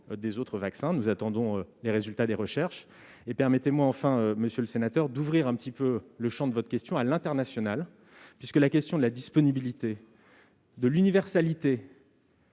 de conservation ; nous attendons les résultats des recherches. Permettez-moi enfin, monsieur le sénateur, d'ouvrir un petit peu le champ de votre question à l'international. La question de la disponibilité et de l'universalité